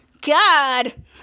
God